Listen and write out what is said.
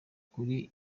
kuri